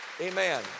Amen